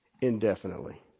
indefinitely